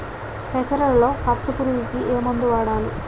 పెసరలో పచ్చ పురుగుకి ఏ మందు వాడాలి?